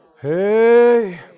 Hey